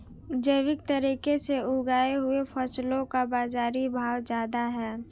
जैविक तरीके से उगाई हुई फसलों का बाज़ारी भाव ज़्यादा है